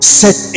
set